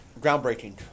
groundbreaking